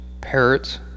parrots